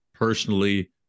personally